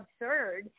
absurd